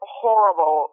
horrible